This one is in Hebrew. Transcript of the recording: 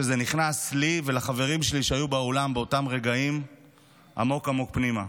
שזה נכנס לי ולחברים שלי שהיו באולם באותם רגעים עמוק עמוק פנימה.